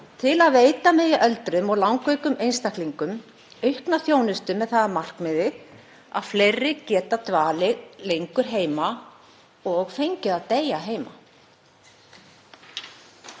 til að veita megi öldruðum og langveikum einstaklingum aukna þjónustu með það að markmiði að fleiri geti dvalið lengur heima og fengið að deyja heima.